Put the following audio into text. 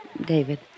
David